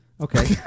Okay